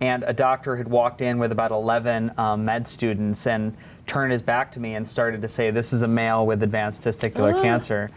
and a doctor had walked in with about eleven med students and turned his back to me and started to say this is a male with advance